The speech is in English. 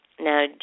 Now